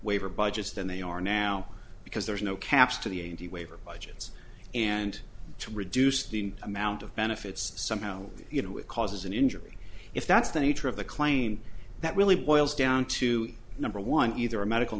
waiver budgets than they are now because there's no caps to the a m t waiver budgets and to reduce the amount of benefits somehow you know it causes an injury if that's the nature of the claim that really boils down to number one either a medical